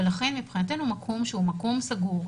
לכן מבחינתנו מקום שהוא מקום סגור,